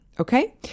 Okay